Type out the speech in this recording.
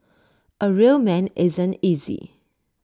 A real man isn't easy